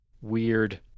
weird